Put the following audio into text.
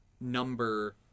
number